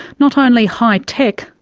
not only high tech,